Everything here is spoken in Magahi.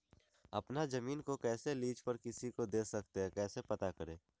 अपना जमीन को कैसे लीज पर किसी को दे सकते है कैसे पता करें?